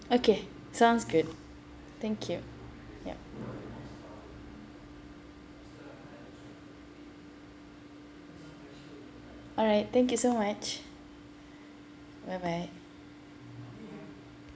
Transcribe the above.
okay sounds good thank you yup alright thank you so much bye bye